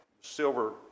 silver